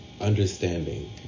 understanding